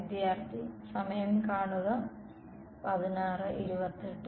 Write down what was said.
വിദ്യാർത്ഥിr